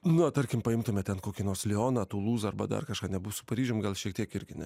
na tarkim paimtume ten kokį nors lioną tulūzą arba dar kažką negu su paryžium gal šiek tiek irgi ne